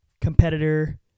competitor